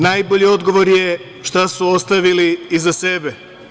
Najbolji odgovor je šta su ostavili iza sebe.